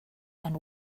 and